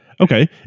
Okay